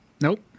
Nope